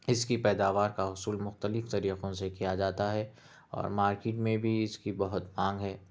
اس کی پیداوار کا حصول مختلف طریقوں سے کیا جاتا ہے اور مارکیٹ میں بھی اس کی بہت مانگ ہے